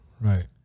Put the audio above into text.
right